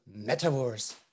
metaverse